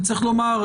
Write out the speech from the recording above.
אבל צריך לומר,